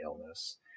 illness